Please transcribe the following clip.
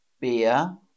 beer